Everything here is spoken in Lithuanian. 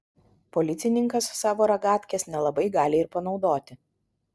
policininkas savo ragatkės nelabai gali ir panaudoti